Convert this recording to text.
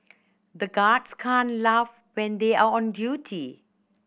the guards can't laugh when they are on duty